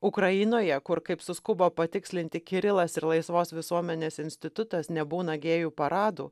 ukrainoje kur kaip suskubo patikslinti kirilas ir laisvos visuomenės institutas nebūna gėjų paradų